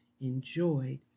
enjoyed